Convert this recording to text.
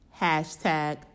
hashtag